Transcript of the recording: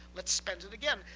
let's spend it again.